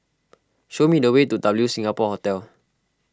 show me the way to W Singapore Hotel